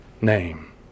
name